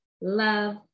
love